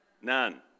None